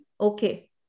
okay